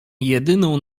jedyną